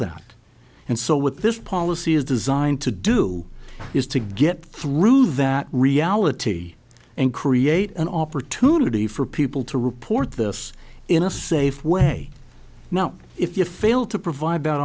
that and so with this policy is designed to do is to get through that reality and create an opportunity for people to report this in a safe way well if you fail to provide